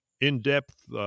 in-depth